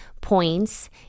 points